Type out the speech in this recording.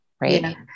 Right